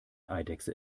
eidechse